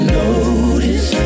notice